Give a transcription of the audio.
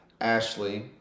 Ashley